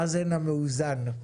מאזן המאוזן.